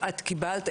את קיבלת,